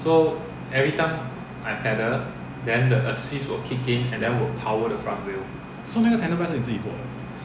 so 那个 tandem bike 是你自己做的